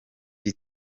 huye